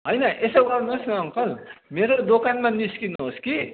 होइन यसो गर्नु होस् न अङ्कल मेरो दोकानमा निस्कनु होस् कि